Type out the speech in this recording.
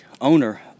owner